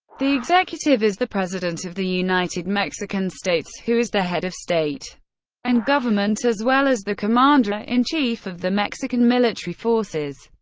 the executive is the president of the united mexican states, who is the head of state and government, as well as the commander-in-chief of the mexican military forces.